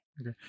okay